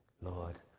Lord